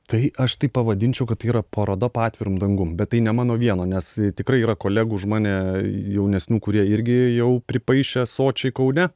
tai aš tai pavadinčiau kad tai yra paroda po atvirum dangum bet tai ne mano vieno nes tikrai yra kolegų už mane jaunesnių kurie irgi jau pripaišė sočiai kaune